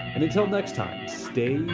and, until next time stay